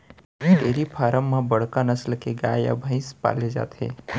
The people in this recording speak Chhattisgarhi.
डेयरी फारम म बड़का नसल के गाय या भईंस पाले जाथे